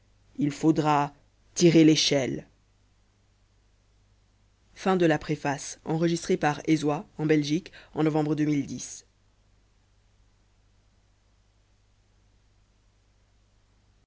il faudra tirer l'échelle